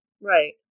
Right